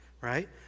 right